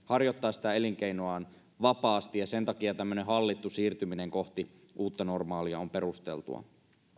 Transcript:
harjoittaa elinkeinoaan vapaasti ja sen takia tämmöinen hallittu siirtyminen kohti uutta normaalia on perusteltua